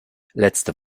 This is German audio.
letzte